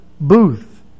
booth